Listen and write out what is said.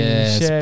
Yes